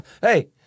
Hey